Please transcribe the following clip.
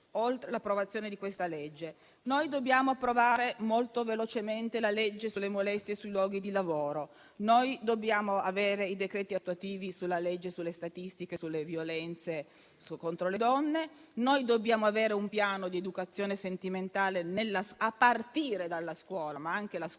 oltre all'approvazione di questo disegno di legge. Dobbiamo approvare molto velocemente la legge sulle molestie sui luoghi di lavoro; dobbiamo avere i decreti attuativi della legge e sulle statistiche sulle violenze contro le donne; dobbiamo avere un piano di educazione sentimentale a partire dalla scuola, ma anche la scuola